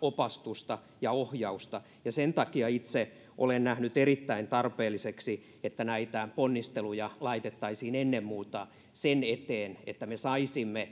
opastusta ja ohjausta ja sen takia itse olen nähnyt erittäin tarpeelliseksi että näitä ponnisteluja laitettaisiin ennen muuta sen eteen että me saisimme